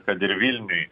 kad ir vilniuj